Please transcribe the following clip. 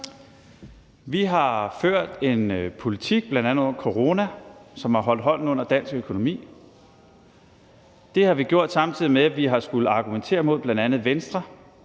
Vi har ført en politik bl.a. under corona, som har holdt hånden under dansk økonomi. Det har vi gjort, samtidig med at vi har skullet argumentere mod bl.a. Venstre,